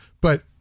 But-